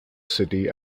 city